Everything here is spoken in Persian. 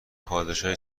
پادشاهی